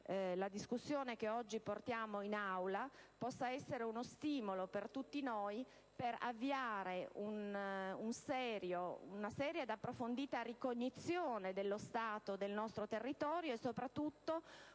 la discussione che oggi si svolge in Aula possa essere di stimolo per tutti noi per avviare una seria ed approfondita ricognizione dello stato del nostro territorio e soprattutto una vera